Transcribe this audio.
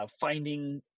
finding